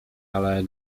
ale